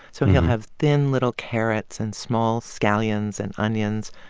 so he'll have thin, little carrots, and small scallions and onions,